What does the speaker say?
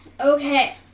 Okay